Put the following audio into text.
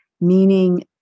meaning